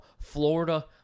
Florida